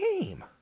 game